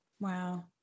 Wow